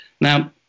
Now